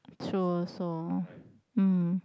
true also mm